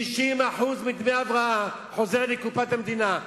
60% מדמי ההבראה חוזרים לקופת המדינה.